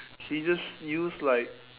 he just used like